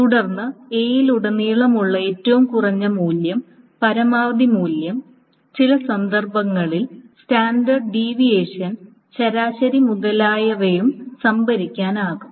തുടർന്ന് A ലുടനീളമുള്ള ഏറ്റവും കുറഞ്ഞ മൂല്യം പരമാവധി മൂല്യം ചില സന്ദർഭങ്ങളിൽ സ്റ്റാൻഡേർഡ് ഡിവിയേഷൻ ശരാശരി മുതലായവയും സംഭരിക്കാനാകും